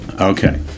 Okay